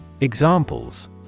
Examples